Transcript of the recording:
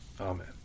Amen